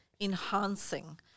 enhancing